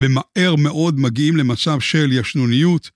ומהר מאוד מגיעים למצב של ישנוניות.